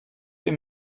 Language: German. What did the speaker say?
ihm